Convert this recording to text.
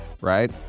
right